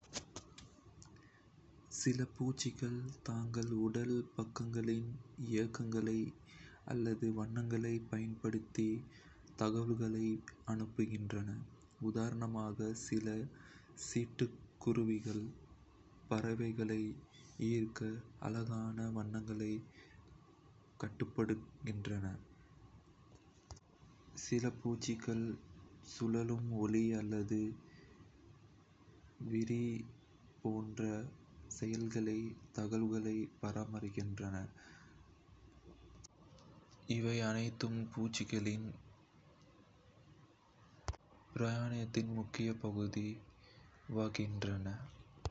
கண்கள் அல்லது காட்சி சைகைகள் சில பூச்சிகள் தங்கள் உடல் பாகங்களின் இயக்கங்கள் அல்லது வண்ணங்களைப் பயன்படுத்தி தகவல்களை அனுப்புகின்றன. உதாரணமாக, சில சிட்டுக்குருவிகள் பறவைகளை ஈர்க்க அழகான வண்ணங்களை காட்டுகின்றன. வாசனைகள் சில பூச்சிகள் குறிப்பிட்ட மணங்களை உமிழ்ந்து, மற்ற பூச்சிகளை உணவு, ஆபத்து அல்லது இணை சேர்க்கச் சொல்ல அழைக்கின்றன. கருப்பு எறும்புகள் உணவை கண்டுபிடித்த பிறகு வாசனையைத் தாண்டி வழி காட்டுகின்றன. ஒலி சில பூச்சிகள் சுழலும் ஒலி அல்லது விசிறி போன்ற செயல்களால் தகவல்களை பரிமாறுகின்றன. கிளப்பர்ஸ் போன்ற பூச்சிகள் ஒலியால் அவர்களின் நிலையை காட்டுகின்றன.